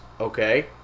Okay